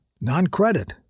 Non-credit